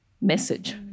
message